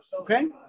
Okay